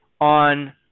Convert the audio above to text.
On